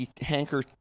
hanker